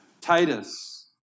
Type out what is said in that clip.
Titus